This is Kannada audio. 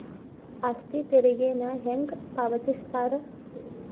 ಆಸ್ತಿ ತೆರಿಗೆನ ಹೆಂಗ ಪಾವತಿಸ್ತಾರಾ